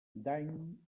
dany